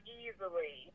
easily